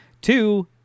Two